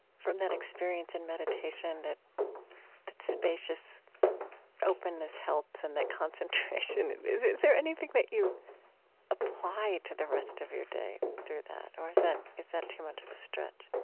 from that experience and meditation that that spacious openness helps and that concentration is is there anything that you apply to the rest of your day through that? or is that is that too much of a stretch?